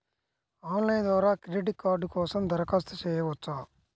Online ద్వారా credit card కోసం దరఖాస్తు చేయవచ్చా?